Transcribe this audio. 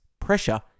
pressure